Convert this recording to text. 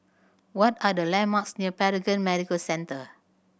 what are the landmarks near Paragon Medical Centre